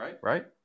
right